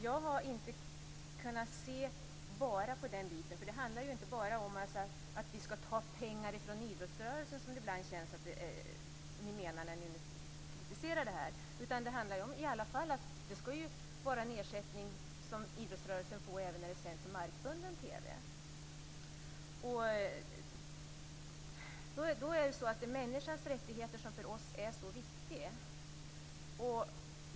Jag har inte kunnat se bara på den biten. Det handlar inte bara om att vi skall ta pengar från idrottsrörelsen, som ni verkar mena när ni kritiserar vårt förslag. Idrottsrörelsen skall få en ersättning även när arrangemangen sänds i markbunden TV. Det är människans rättigheter som är så viktiga för oss.